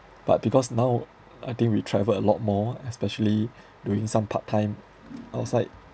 but because now I think we travel a lot more especially doing some part time outside